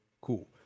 cool